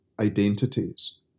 identities